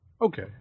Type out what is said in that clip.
Okay